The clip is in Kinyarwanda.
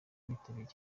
abitabiriye